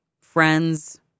friends